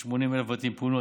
שבה 80,000 בתים פונו.